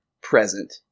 present